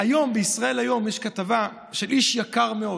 היום בישראל היום יש כתבה של איש יקר מאוד,